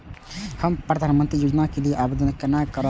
हम प्रधानमंत्री योजना के लिये आवेदन केना करब?